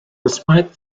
despite